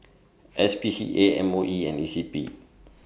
S P C A M O E and E C P